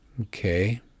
Okay